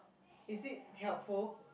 is it helpful